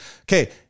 Okay